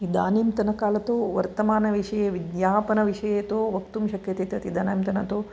इदानीन्तन काले तु वर्तमानविषये विज्ञापनविषये तु वक्तुं शक्यते तत् इदानीन्तने तु